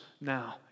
now